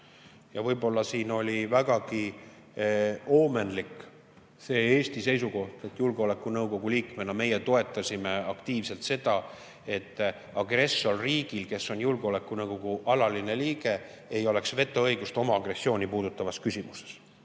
võib-olla siin oli vägagi oomenlik see Eesti seisukoht, et julgeolekunõukogu liikmena meie toetasime aktiivselt seda, et agressorriigil, kes on julgeolekunõukogu alaline liige, ei oleks vetoõigust oma agressiooni puudutavas küsimuses.